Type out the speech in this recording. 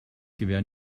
gewehr